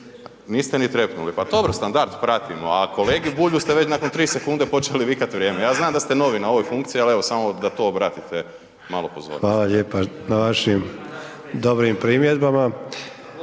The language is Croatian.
razumije se./… Pa dobro, standard, pratimo, a kolegi ste već nakon 3 sekundi počeli vikat „vrijeme“, ja znam da ste novi na ovoj funkciji, ali evo samo da to obratite malo pozornosti. **Sanader, Ante (HDZ)** Hvala lijepa na vašim dobrim primjedbama.